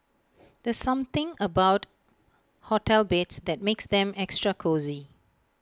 there's something about hotel beds that makes them extra cosy